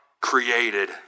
created